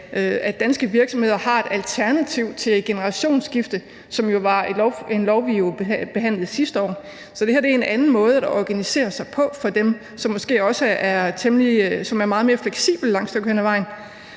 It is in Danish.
at danske virksomheder har et alternativ til generationsskifte, hvilket jo var et lovforslag, vi behandlede sidste år. Så det her er for dem en anden måde at organisere sig på, som måske også er meget mere fleksibel et langt stykke hen